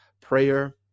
prayer